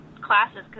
classes